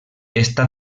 està